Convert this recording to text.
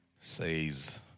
says